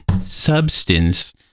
substance